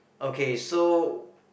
okay so